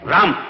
Ram